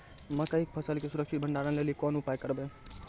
मकई के फसल के सुरक्षित भंडारण लेली कोंन उपाय करबै?